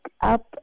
up